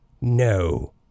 No